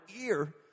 ear